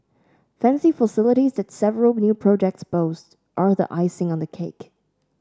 fancy facilities that several new projects boast are the icing on the cake